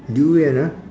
durian ah